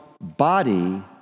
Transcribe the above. body